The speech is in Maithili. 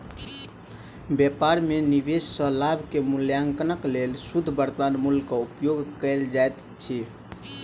व्यापार में निवेश सॅ लाभ के मूल्याङकनक लेल शुद्ध वर्त्तमान मूल्य के उपयोग कयल जाइत अछि